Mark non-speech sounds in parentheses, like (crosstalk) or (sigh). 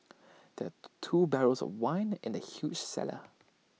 there (noise) two barrels of wine in the huge cellar